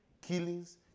killings